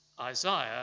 Isaiah